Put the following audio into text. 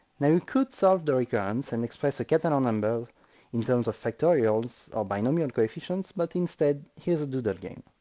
now, you could solve the recurrence and express a catalan number in terms of factorials or binomial coefficients, but instead, here's a doodle game.